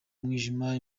umwijima